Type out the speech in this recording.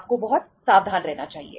आपको बहुत सावधान रहना चाहिए